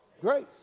Grace